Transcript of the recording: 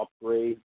upgrade